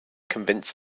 convince